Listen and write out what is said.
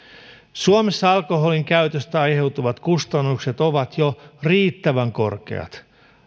suomessa alkoholinkäytöstä aiheutuvat kustannukset ovat jo riittävän korkeat